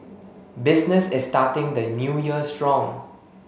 business is starting the new year strong